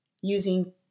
using